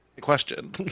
Question